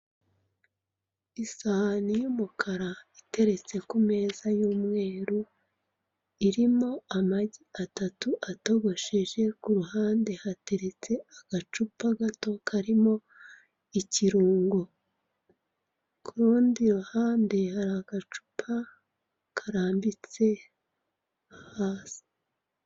Isahani y'umukara iteretse ku meza y'umweru, irimo amagi atatu atogosheje; ku ruhande hateretse agacupa gato karimo ikirungo, ku rundi ruhande hari agacupa karambitse hasi.